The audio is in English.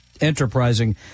enterprising